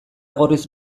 gorriz